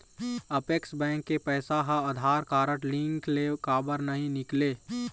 Apex bank के पैसा हा आधार कारड लिंक ले काबर नहीं निकले?